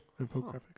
Infographics